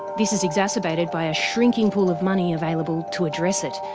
this is exacerbated by a shrinking pool of money available to address it.